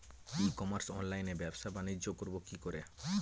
ই commerce অনলাইনে ব্যবসা বানিজ্য করব কি করে?